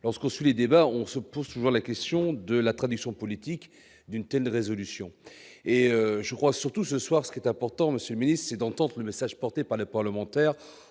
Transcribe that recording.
lorsque sous les débats, on se pose toujours la question de la tradition politique d'une telle résolution, et je crois surtout ce soir, ce qui est important Monsieur c'est d'entendre le message porté par les parlementaires